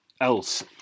else